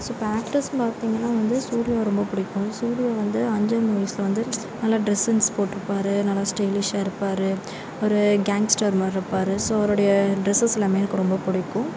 so இப்போ ஆக்டர்ஸ்ன்னு பார்த்திங்கன்னா வந்து சூரியாவை ரொம்ப பிடிக்கும் சூரியா வந்து அஞ்சான் மூவீஸில் வந்து நல்ல டிரெஸ்சென்ஸ் போட்ருப்பார் நல்லா ஸ்டைலீஷாக இருப்பார் ஒரு கேங்ஸ்டார் மாதிரி இருப்பார் ஸோ அவருடைய டிரெஸஸ் எல்லாமே எனக்கு ரொம்ப பிடிக்கும்